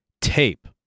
tape